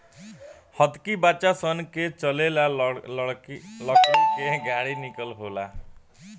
हतकी बच्चा सन के चले ला लकड़ी के गाड़ी निक होखेला